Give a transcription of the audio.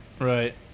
Right